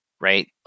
right